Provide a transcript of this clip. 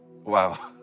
Wow